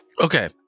Okay